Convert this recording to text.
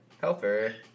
Helper –